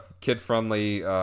kid-friendly